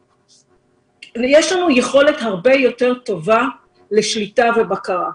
כשיש לנו יכולת הרבה יותר טובה לשליטה ובקרה,